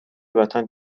وطن